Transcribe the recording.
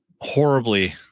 horribly